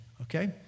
okay